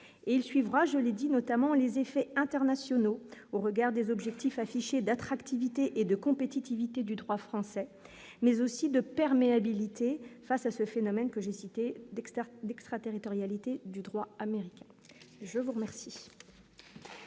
il suivra je l'dit notamment les effets internationaux au regard des objectifs affichés d'attractivité et de compétitivité du droit français mais aussi de perméabilité face à ce phénomène que j'ai cité Dexter d'extraterritorialité du droit américain, je vous remercie.